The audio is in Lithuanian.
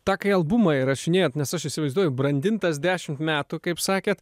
tą kai albumą įrašinėjot nes aš įsivaizduoju brandintas dešimt metų kaip sakėt